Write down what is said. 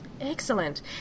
Excellent